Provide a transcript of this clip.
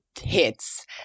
hits